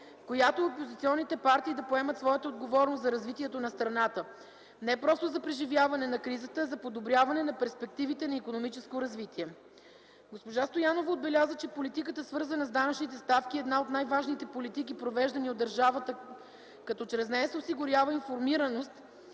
която и опозиционните партии да поемат своята отговорност за развитието на страната, не просто за преживяване на кризата, а за подобряване на перспективите на икономическо развитие. Госпожа Стоянова отбеляза, че политиката, свързана с данъчните ставки е една от най-важните политики, провеждани от държавата като чрез нея се осигурява информираност